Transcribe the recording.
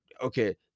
okay